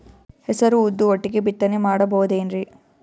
ಹೆಸರು ಉದ್ದು ಒಟ್ಟಿಗೆ ಬಿತ್ತನೆ ಮಾಡಬೋದೇನ್ರಿ?